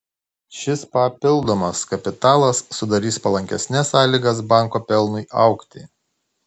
šis papildomas kapitalas sudarys palankesnes sąlygas banko pelnui augti